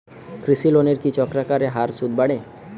কৃষি লোনের কি চক্রাকার হারে সুদ বাড়ে?